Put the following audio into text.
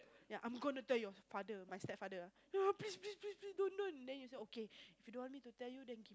ya I gonna talk your father my step father no please please please don't don't then you said okay if you don't want me to tell you then keep